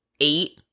eight